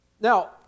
Now